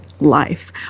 life